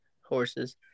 horses